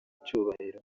cyubahiro